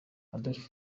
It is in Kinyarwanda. adolf